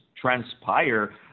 transpire